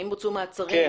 האם בוצעו מעצרים?